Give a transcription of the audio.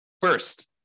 First